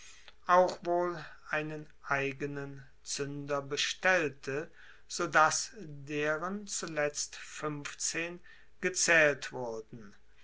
auch wohl einen eigenen zuender bestellte sodass deren zuletzt fuenfzehn gezaehlt wurden